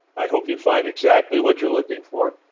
i hope you find exactly what you're looking for.